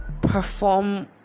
perform